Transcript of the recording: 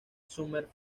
summer